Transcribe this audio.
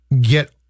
get